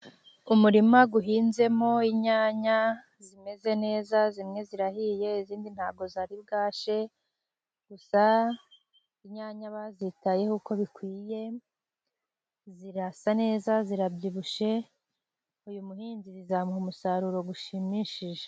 Umurima uhinzemo inyanya zimeze neza, zimwe zirahiye izindi ntabwo zari bwashye, gusa inyanya bazitayeho uko bikwiye, zirasa neza zirabyibushye. Uyu muhinzi zizamuha umusaruro ushimishije.